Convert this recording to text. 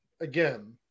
again